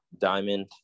diamond